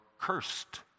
cursed